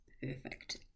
perfect